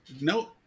No